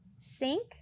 sink